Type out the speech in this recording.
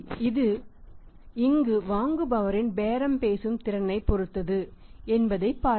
இது இங்கு வாங்குபவரின் பேரம் பேசும் திறனைப் பொறுத்தது என்பதைப் பாருங்கள்